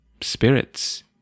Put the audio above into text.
spirits